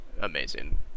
amazing